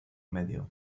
medio